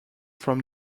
from